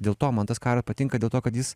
dėl to man tas karas patinka dėl to kad jis